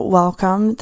welcome